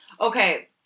Okay